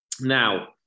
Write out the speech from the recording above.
Now